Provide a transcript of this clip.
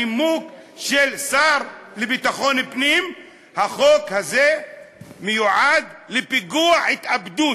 הנימוק של השר לביטחון פנים: החוק הזה מיועד לפיגוע התאבדות,